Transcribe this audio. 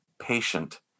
patient